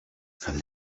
from